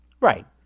Right